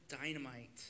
dynamite